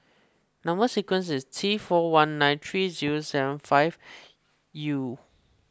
Number Sequence is T four one nine three zero seven five U